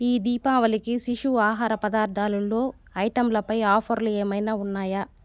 ఈ దీపావళికి శిశువు ఆహార పదార్థాలలో ఐటంలపై ఆఫర్లు ఏమైనా ఉన్నాయా